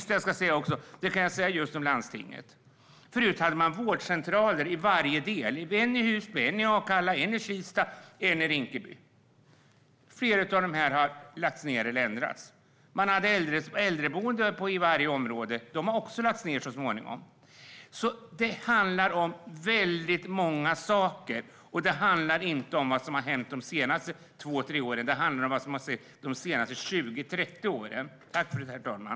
Apropå landstinget fanns det tidigare vårdcentraler i varje område: en i Husby, en i Akalla, en i Kista och en i Rinkeby. Flera av dessa har lagts ned eller ändrats. Det fanns äldreboenden i varje område, men de har också lagts ned. Det handlar om många olika saker. Det handlar inte om vad som har hänt de senaste två tre åren, utan det handlar om vad som har hänt de senaste 20-30 åren.